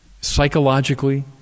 psychologically